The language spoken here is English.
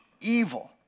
evil